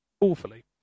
awfully